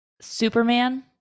superman